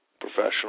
Professional